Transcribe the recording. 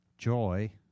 Joy